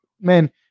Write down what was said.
man